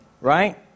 right